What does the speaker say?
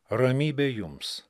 ramybė jums